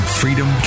freedom